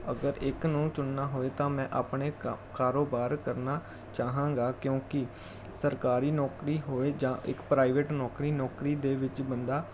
ਅਗਰ ਇੱਕ ਨੂੰ ਚੁਣਨਾ ਹੋਵੇ ਤਾਂ ਮੈਂ ਆਪਣੇ ਕੰ ਕਾਰੋਬਾਰ ਕਰਨਾ ਚਾਹਾਂਗਾ ਕਿਉਂਕਿ ਸਰਕਾਰੀ ਨੌਕਰੀ ਹੋਵੇ ਜਾਂ ਪ੍ਰਾਈਵੇਟ ਨੌਕਰੀ ਦੇ ਵਿੱਚ ਬੰਦਾ